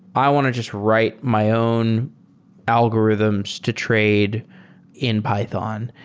i want to just write my own algorithms to trade in python.